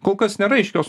kol kas nėra aiškios